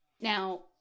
Now